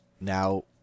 now